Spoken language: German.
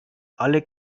alle